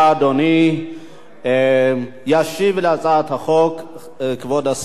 ישיב על הצעת החוק כבוד השר יעקב נאמן,